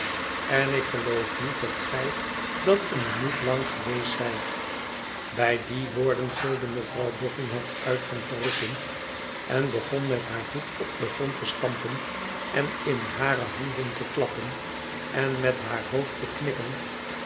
en ik geloof niet dat gij dat een minuut lang geweest zijt bij die woorden güde mevrouw boffin het uit van verrukking èn begon met haar voet op den grond te stampen en in hare handen te uappen en met haar hoofd te knikken